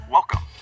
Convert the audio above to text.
Welcome